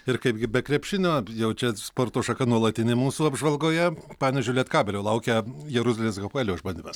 ir kaipgi be krepšinio jau čia sporto šaka nuolatinė mūsų apžvalgoje panevėžio lietkabelio laukia jeruzalės hapoelio išbandymas